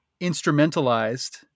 instrumentalized